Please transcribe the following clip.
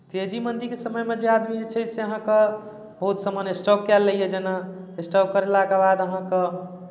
तेजी मन्दीके समयमे जे आदमी जे छै से अहाँकेँ बहुत समान स्टॉक कए लैए जेना स्टॉक कयलाके बाद अहाँकेँ